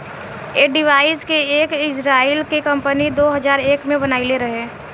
ऐ डिवाइस के एक इजराइल के कम्पनी दो हजार एक में बनाइले रहे